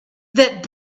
that